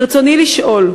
ברצוני לשאול: